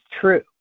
true